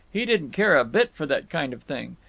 he didn't care a bit for that kind of thing.